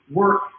work